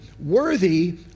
Worthy